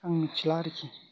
आं मिथिला आरोखि